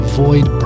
Avoid